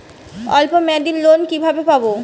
অল্প মেয়াদি লোন কিভাবে পাব?